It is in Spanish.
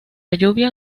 lluvia